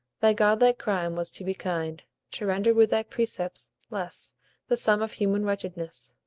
thy godlike crime was to be kind to render with thy precepts less the sum of human wretchedness,